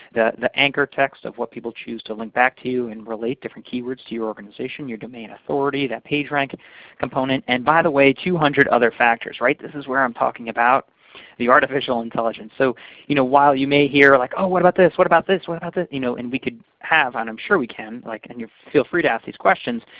the the anchor text of what people choose to link back to you and relate different keywords to your organization, your domain authority, that pagerank component. and by the way, two hundred other factors. right? this is where i'm talking about the artificial intelligence. so you know, while you may hear, like oh! what about this? what about this? what about this? you know we could have, and i'm sure we can, like and feel free to ask these questions,